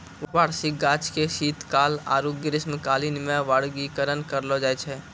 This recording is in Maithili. वार्षिक गाछ के शीतकाल आरु ग्रीष्मकालीन मे वर्गीकरण करलो जाय छै